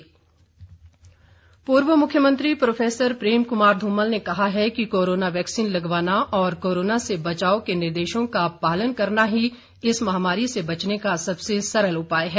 धुमल पूर्व मुख्यमंत्री प्रोफेसर प्रेम कुमार धूमल ने कहा है कि कोरोना वैक्सीन लगवाना और कोरोना से बचाव के निर्देशों का पालन करना ही इस महामारी से बचने का सबसे सरल उपाय है